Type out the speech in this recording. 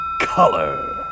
color